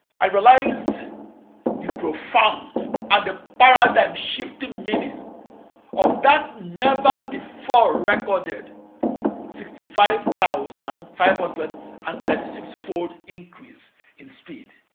i realized the profound and the paradigm shifting meaning of that never-before-recorded sixty five thousand five hundred and thirty six fold increase in speed.